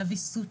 על הוויסות,